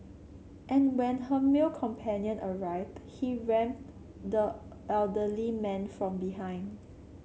and when her male companion arrived he rammed the elderly man from behind